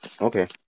Okay